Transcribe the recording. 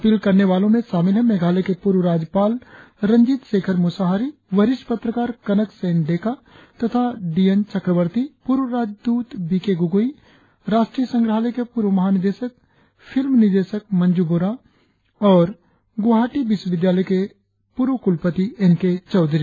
appeal करने वालों में शामिल है मेघालय के पूर्व राज्यपाल रंजीत शेखर मूसाहारी वरिष्ठ पत्रकार कनक सेन डेका तथा डी एन चक्रवर्ती पूर्व राजदूत बी के गोगोई राष्ट्रीय संग्रहालय के पूर्व महानिदेशक फिल्म निदेशक मंजू बोरा और गुवाहाटी विश्वविद्यालय के पूर्व कुलपति एन के चौधरी